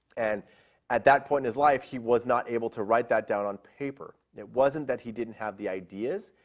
and at that point in his life he was not able to write that down on paper. it wasn't that he didn't have the ideas,